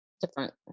different